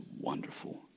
wonderful